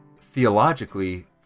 theologically